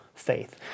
faith